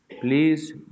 Please